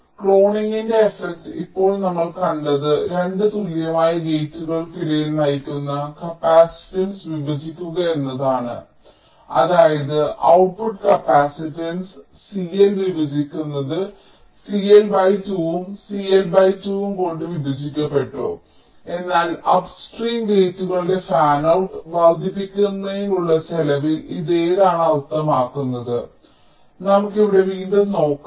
ക്ലോണിംഗിന്റെ effect ഇപ്പോൾ നമ്മൾ കണ്ടത് 2 തുല്യമായ ഗേറ്റുകൾക്കിടയിൽ നയിക്കുന്ന കപ്പാസിറ്റൻസ് വിഭജിക്കുക എന്നതാണ് അതായത് ഔട്ട്പുട്ട് കപ്പാസിറ്റൻസ് CL വിഭജിക്കുന്നത് CL 2 ഉം CL 2 ഉം കൊണ്ട് വിഭജിക്കപ്പെട്ടു എന്നാൽ അപ്സ്ട്രീം ഗേറ്റുകളുടെ ഫാനൌട്ട് വർദ്ധിപ്പിക്കുന്നതിനുള്ള ചെലവിൽ ഇത് എന്താണ് അർത്ഥമാക്കുന്നത് നമുക്ക് ഇവിടെ വീണ്ടും നോക്കാം